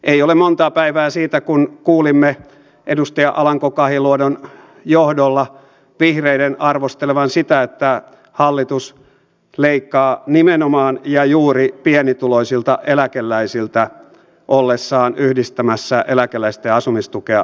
ei ole montaa päivää siitä kun kuulimme edustaja alanko kahiluodon johdolla vihreiden arvostelevan sitä että hallitus leikkaa nimenomaan ja juuri pienituloisilta eläkeläisiltä ollessaan yhdistämässä eläkeläisten asumistukea yleiseen asumistukeen